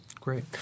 Great